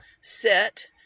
set